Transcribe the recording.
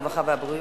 הרווחה והבריאות,